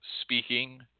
speaking